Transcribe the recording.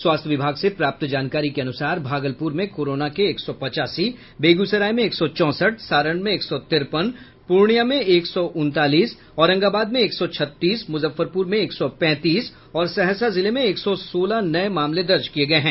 स्वास्थ्य विभाग से प्राप्त जानकारी के अनुसार भागलपुर में कोरोना के एक सौ पचासी बेगूसराय में एक सौ चौसठ सारण में एक सौ तिरपन पूर्णिया में एक सौ उनतालीस औरंगाबाद में एक सौ छत्तीस मुजफ्फरपुर में एक सौ पैंतीस और सहरसा जिले में एक सौ सोलह नये मामले दर्ज किये गये हैं